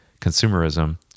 consumerism